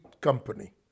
company